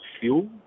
fuel